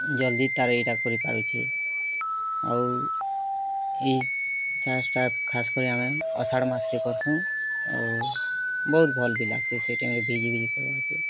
ଜଲ୍ଦି ତାର୍ ଇଟା କରି ପାରୁଛେ ଆଉ ଇ ଚାଷ୍ଟା ଖାସ୍ କରି ଆମେ ଆଷାଢ଼ ମାସ୍ରେ କର୍ସୁଁ ଆଉ ବହୁତ୍ ଭଲ୍ ବି ଲାଗ୍ସି ସେ ଟାଇମ୍ରେ ଆମେ ଭିଜି ଭିଜି କର୍ବାକେ